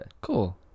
cool